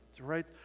right